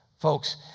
Folks